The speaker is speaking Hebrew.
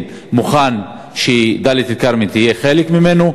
מוכן שדאלית-אל-כרמל יהיה חלק ממנו,